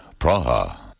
Praha